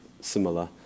similar